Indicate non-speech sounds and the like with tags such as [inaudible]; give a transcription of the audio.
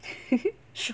[laughs]